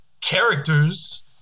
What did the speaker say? characters